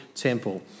temple